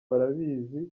barabizi